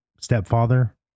stepfather